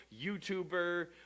YouTuber